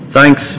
Thanks